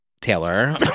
Taylor